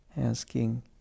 asking